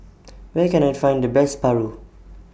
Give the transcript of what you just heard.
Where Can I Find The Best Paru